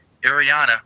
Ariana